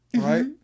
Right